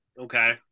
Okay